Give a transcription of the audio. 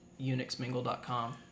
unixmingle.com